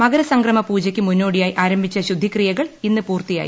മകര സംക്രമ പൂജയ്ക്ക് മുന്നോടിയായി ആരംഭിച്ച ശുദ്ധിക്രിയകൾ ഇന്ന് പൂർത്തിയായി